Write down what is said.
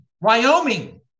Wyoming